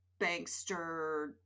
bankster